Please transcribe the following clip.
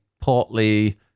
portly